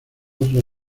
otros